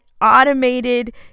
automated